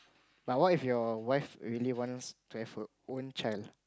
but what if your wife really wants to have her own child